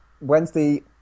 Wednesday